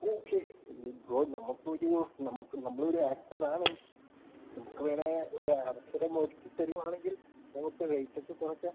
okay bro നമുക്കൊരു നമുക്കും നമ്മളും ഒരു ആക്റ്ററാണ് നമുക്ക് വേണേൽ ഒരു അവസരം ഒരുക്കിത്തരുവാണെങ്കിൽ നമുക്ക് റേയ്റ്റൊക്കെ കുറയ്ക്കാം